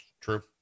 True